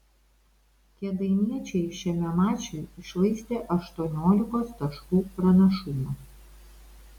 kėdainiečiai šiame mače iššvaistė aštuoniolikos taškų pranašumą